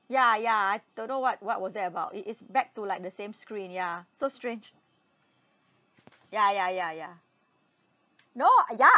ya ya I don't know what what was that about it is back to like the same screen ya so strange ya ya ya ya no ah ya